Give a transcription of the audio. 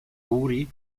buri